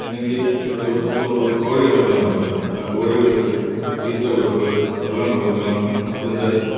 എനിക്ക് ഒരു പത്തു മുപ്പത് കോഴികളെല്ലാമുണ്ട് ആ കോഴികൾക്ക് തീറ്റ കൊടുപ്പ് വെള്ളം കൊടുക്കണം അതിൻ്റെ